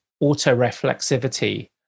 auto-reflexivity